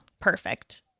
perfect